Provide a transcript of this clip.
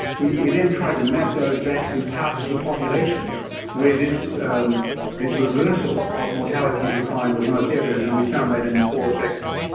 we we then tried to map those back to parts of the population where this um this reversal of mortality decline was most yeah evident and um we found that in the poorer sectors.